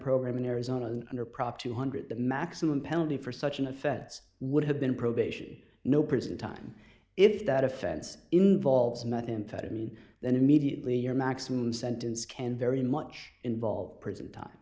program in arizona and under prop two hundred dollars the maximum penalty for such an offense would have been probation no prison time if that offense involves methamphetamine then immediately your maximum sentence can very much involved prison time